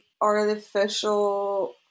artificial